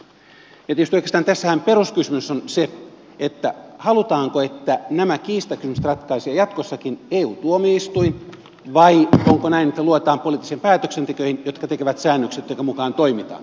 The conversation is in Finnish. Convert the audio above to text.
tietysti oikeastaan peruskysymyshän tässä on se halutaanko että nämä kiistakysymykset ratkaisee jatkossakin eu tuomioistuin vai onko näin että luotetaan poliittisiin päätöksentekijöihin jotka tekevät säännökset joidenka mukaan toimitaan